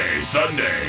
Sunday